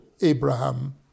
Abraham